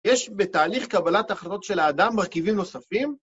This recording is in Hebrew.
יש בתהליך קבלת ההחלטות של האדם מרכיבים נוספים